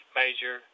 major